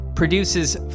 Produces